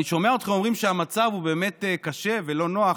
אני שומע אתכם אומרים שהמצב באמת קשה והוא לא נוח.